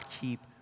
keep